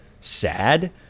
sad